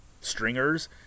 stringers